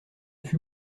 fut